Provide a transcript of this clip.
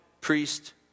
priest